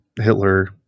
Hitler